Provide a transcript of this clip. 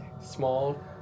small